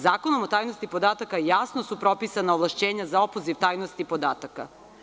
Zakonom o tajnosti podataka jasno su propisana ovlašćenja za opoziv tajnosti podataka.